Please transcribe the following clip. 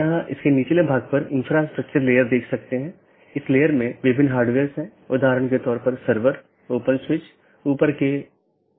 यहाँ दो प्रकार के पड़ोसी हो सकते हैं एक ऑटॉनमस सिस्टमों के भीतर के पड़ोसी और दूसरा ऑटॉनमस सिस्टमों के पड़ोसी